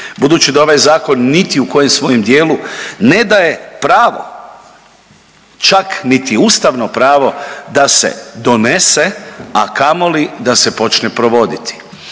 Budući da ovaj Zakon niti u kojem svojem dijelu ne daje pravo čak niti ustavno pravo da se donese, a kamoli da se počne provoditi.